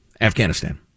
Afghanistan